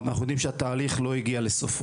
אבל אנחנו יודעים שהתהליך לא הגיע לסופו.